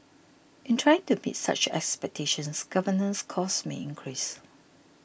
in trying to meet such expectations governance costs may increase